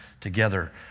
together